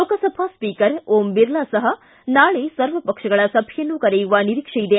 Lok Sabha speaker Om Birla ಸಹ ನಾಳೆ ಸರ್ವಪಕ್ಷಗಳ ಸಭೆಯನ್ನು ಕರೆಯುವ ನಿರೀಕ್ಷೆಯಿದೆ